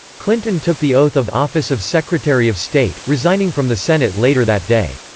clinton took the oath of office of secretary of state, resigning from the senate later that day.